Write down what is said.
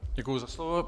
Děkuji za slovo.